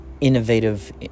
innovative